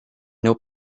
neu